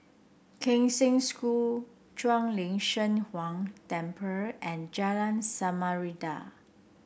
Kheng Cheng School Shuang Lin Cheng Huang Temple and Jalan Samarinda